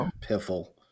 piffle